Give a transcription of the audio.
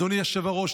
אדוני היושב-ראש,